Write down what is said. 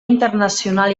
internacional